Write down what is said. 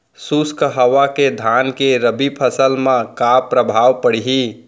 शुष्क हवा के धान के रबि फसल मा का प्रभाव पड़ही?